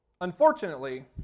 Unfortunately